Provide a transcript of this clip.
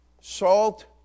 salt